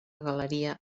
galeria